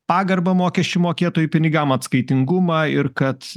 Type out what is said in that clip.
pagarbą mokesčių mokėtojų pinigam atskaitingumą ir kad